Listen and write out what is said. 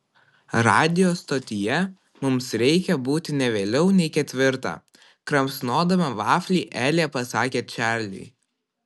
radijo stotyje mums reikia būti ne vėliau nei ketvirtą kramsnodama vaflį elė pasakė čarliui